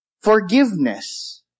Forgiveness